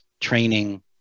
training